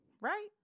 right